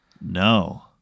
No